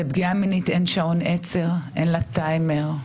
לפגיעה מינית אין שעון עצר, אין לה טיימר.